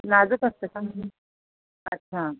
नाजूक असतं का अच्छा